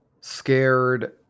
scared